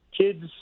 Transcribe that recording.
kids